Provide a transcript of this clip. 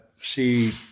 see